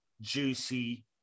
juicy